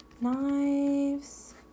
Knives